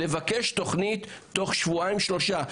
לבקש תוכנית תוך שבועיים-שלושה.